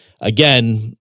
again